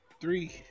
three